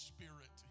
Spirit